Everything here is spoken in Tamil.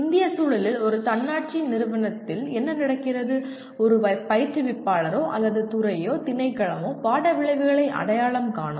இந்திய சூழலில் ஒரு தன்னாட்சி நிறுவனத்தில் என்ன நடக்கிறது ஒரு பயிற்றுவிப்பாளரோ அல்லது துறையோ திணைக்களமோ பாட விளைவுகளை அடையாளம் காணும்